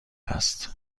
است